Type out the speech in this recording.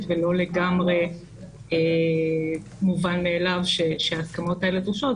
ולא לגמרי מובן מאליו שההסכמות האלה דרושות,